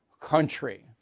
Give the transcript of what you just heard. country